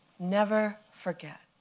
never forget,